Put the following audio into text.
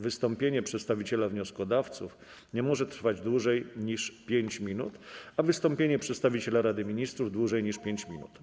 Wystąpienie przedstawiciela wnioskodawców nie może trwać dłużej niż 5 minut, a wystąpienie przedstawiciela Rady Ministrów - dłużej niż 5 minut.